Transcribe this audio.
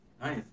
Nice